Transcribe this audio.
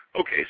okay